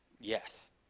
Yes